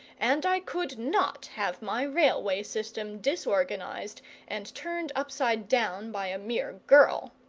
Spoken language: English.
and i could not have my railway system disorganised and turned upside down by a mere girl.